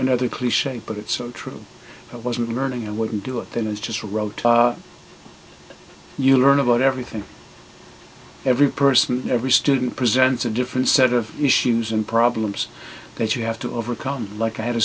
another cliche but it's so true i wasn't learning and wouldn't do it then it's just wrote you learn about everything every person every student presents a different set of issues and problems that you have to overcome like i had a